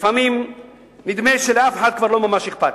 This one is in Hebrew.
"לפעמים נדמה שלאף אחד כבר לא ממש אכפת.